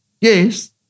Yes